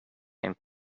and